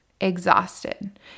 Exhausted